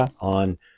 on